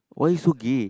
why you so gay